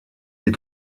des